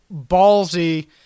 ballsy